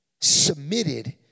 submitted